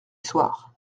soir